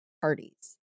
parties